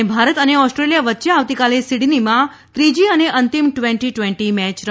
ત ભારત અને ઓસ્ટ્રેલિયા વચ્ચે આવતીકાલે સીડનીમાં ત્રીજી અને અંતિમ ટ્વેન્ટી ટ્વેન્ટી મેચ રમાશે